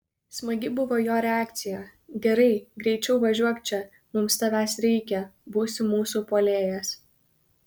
smagi buvo jo reakcija gerai greičiau važiuok čia mums tavęs reikia būsi mūsų puolėjas